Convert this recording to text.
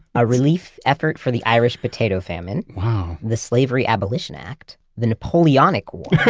a relief effort for the irish potato famine, wow, the slavery abolition act, the napoleonic wars